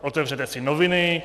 Otevřete si noviny.